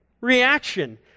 reaction